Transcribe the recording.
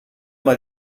mal